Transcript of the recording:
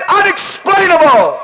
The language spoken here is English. unexplainable